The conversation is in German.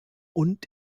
und